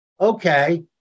okay